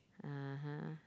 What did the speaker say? (uh huh)